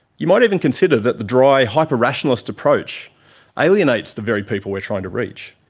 you might even consider that the dry hyper-rationalist approach alienates the very people we're trying to reach.